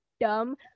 dumb